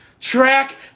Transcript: Track